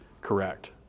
correct